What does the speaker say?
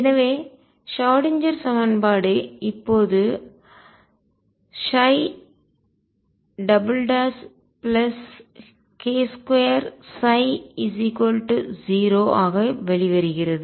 எனவே ஷ்ராடின்ஜெர் சமன்பாடு இப்போது k2ψ0 ஆக வெளிவருகிறது